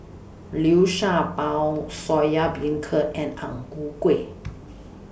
Liu Sha Bao Soya Beancurd and Ang Ku Kueh